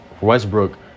Westbrook